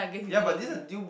ya but this is a deal